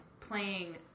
playing